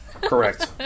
Correct